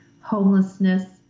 homelessness